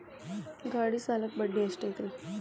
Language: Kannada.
ಗಾಡಿ ಸಾಲಕ್ಕ ಬಡ್ಡಿ ಎಷ್ಟೈತ್ರಿ?